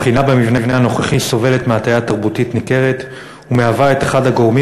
הבחינה במבנה הנוכחי סובלת מהטיה תרבותית ניכרת ומהווה את אחד הגורמים